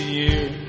years